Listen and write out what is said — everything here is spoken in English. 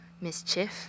mischief